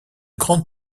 grande